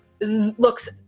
looks